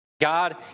God